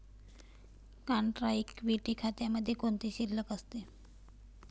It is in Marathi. कॉन्ट्रा इक्विटी खात्यामध्ये कोणती शिल्लक असते?